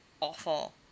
awful